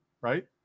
right